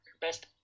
best